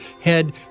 head